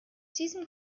diesem